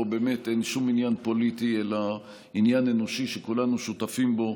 פה באמת אין שום עניין פוליטי אלא עניין אנושי שכולנו שותפים בו,